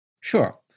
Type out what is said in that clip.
Sure